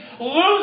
lose